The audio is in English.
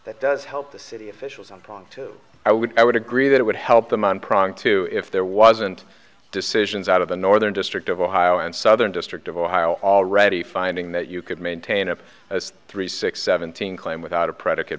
that does help the city officials in prague i would i would agree that it would help them on pronk to if there wasn't decisions out of the northern district of ohio and southern district of ohio already finding that you could maintain it as three six seventeen claim without a predi